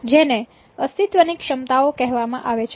જેને અસ્તિત્વ ની ક્ષમતાઓ કહેવામાં આવે છે